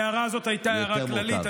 ההערה הזאת הייתה הערה כללית.